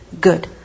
Good